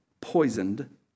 poisoned